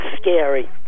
scary